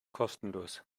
kostenlos